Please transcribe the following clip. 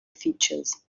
features